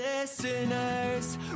listeners